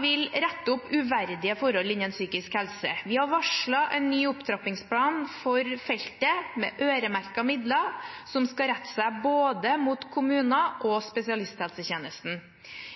vil rette opp uverdige forhold innen psykisk helse. Vi har varslet en ny opptrappingsplan for feltet, med øremerkede midler, som skal rette seg mot både kommuner og spesialisthelsetjenesten.